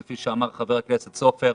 כפי שאמר חבר הכנסת סופר,